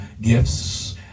gifts